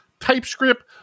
TypeScript